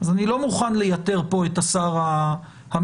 אני לא מכן לייתר כאן את השר המאסדר